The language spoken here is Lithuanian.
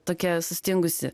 tokia sustingusi